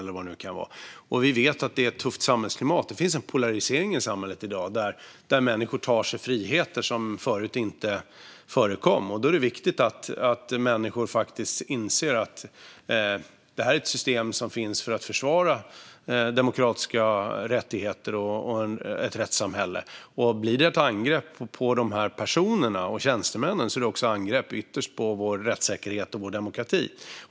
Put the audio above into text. Vi vet att det råder ett tufft samhällsklimat. Det finns en polarisering i samhället där människor tar sig friheter som inte förekom tidigare. Då är det viktigt att människor inser att det är fråga om ett system som finns för att försvara demokratiska rättigheter och ett rättssamhälle. Om dessa personer och tjänstemän blir utsatta för angrepp är det ytterst också fråga om ett angrepp på vår rättssäkerhet och demokrati.